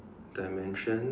dimensions